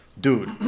Dude